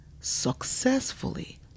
successfully